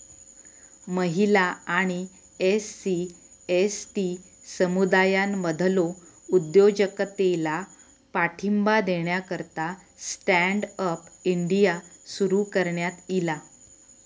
महिला आणि SC, ST समुदायांमधलो उद्योजकतेला पाठिंबा देण्याकरता स्टँड अप इंडिया सुरू करण्यात ईला